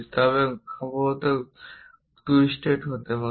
তবে সম্ভবত ঘোরাতে হতে পারে